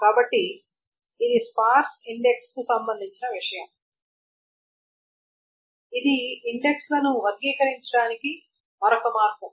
కాబట్టి ఇది స్పార్స్ ఇండెక్స్కు సంబంధించిన విషయం కాబట్టి ఇది ఇండెక్స్ లను వర్గీకరించడానికి మరొక మార్గం